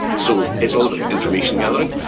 so it's all about information gathering.